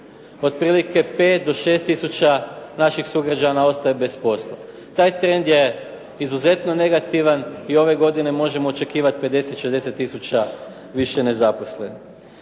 otprilike 5 do 6 tisuća naših sugrađana ostaje bez posla. Taj trend je izuzetno negativan i ove godine možemo očekivati 50, 60 tisuća više nezaposlenih.